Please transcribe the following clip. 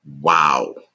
Wow